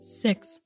Six